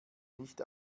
nicht